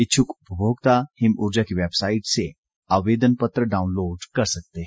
इच्छुक उपभोक्ता हिमउर्जा की वैबसाईट से आवेदन पत्र डाउनलोड कर सकते हैं